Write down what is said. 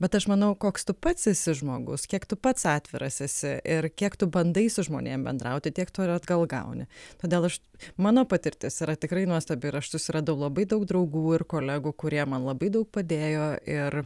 bet aš manau koks tu pats esi žmogus kiek tu pats atviras esi ir kiek tu bandai su žmonėm bendrauti tiek tu ir atgal gauni todėl aš mano patirtis yra tikrai nuostabi ir aš susiradau labai daug draugų ir kolegų kurie man labai daug padėjo ir